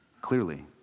clearly